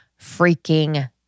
freaking